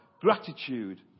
Gratitude